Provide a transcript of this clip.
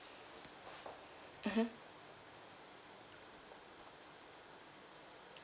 mmhmm